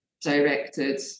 directed